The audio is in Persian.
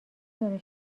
داره